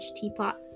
teapot